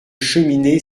cheminée